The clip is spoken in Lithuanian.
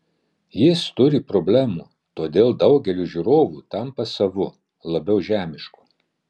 jis turi problemų todėl daugeliui žiūrovų tampa savu labiau žemišku